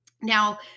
Now